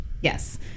yes